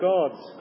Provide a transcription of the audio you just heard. God's